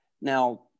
Now